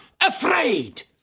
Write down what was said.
afraid